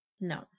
No